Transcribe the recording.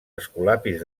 escolapis